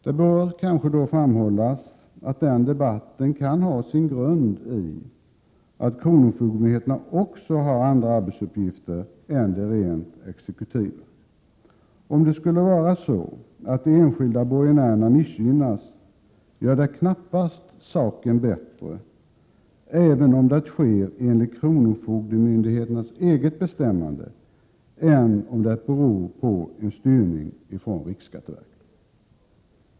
Det bör därför kanske framhållas att den debatten kan ha sin grund i att kronofogdemyndigheterna också har andra arbetsuppgifter än de rent exekutiva. Om det skulle vara så att de enskilda borgenärerna missgynnas, gör det knappast saken bättre om det sker enligt kronofogdemyndigheternas eget bestämmande än om det beror på en styrning från riksskatteverket.